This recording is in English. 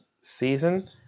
season